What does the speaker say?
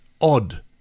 odd